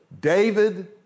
David